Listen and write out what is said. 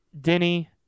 Denny